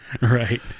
Right